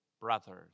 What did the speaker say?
brothers